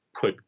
put